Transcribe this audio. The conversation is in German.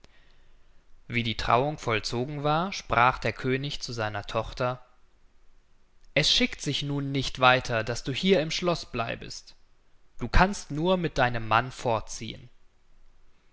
wie die trauung vollzogen war sprach der könig zu seiner tochter es schickt sich nun nicht weiter daß du hier im schloß bleibest du kannst nur mit deinem mann fortziehen